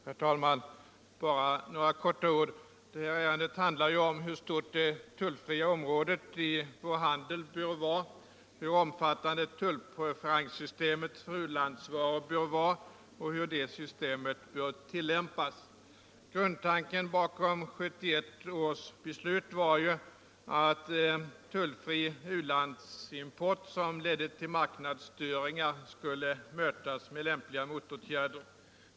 Herr talman! Bara några få ord. Detta ärende handlar ju om hur stort det tullfria området i vår handel bör vara, hur omfattande tullpreferenser systemet för u-landsvaror bör ha och hur det systemet bör tillämpas. Grundtanken bakom 1971 års beslut var ju att tullfri u-landsimport som ledde till marknadsstörningar skulle mötas med lämpliga motåtgärder.